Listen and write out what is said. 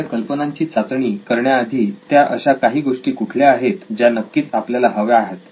आपल्या कल्पनांची चाचणी करण्याआधी त्या अशा काही गोष्टी कुठल्या आहेत ज्या नक्कीच आपल्याला हव्या आहेत